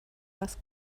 was